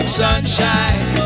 sunshine